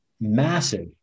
massive